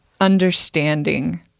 understanding